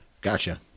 Gotcha